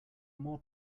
more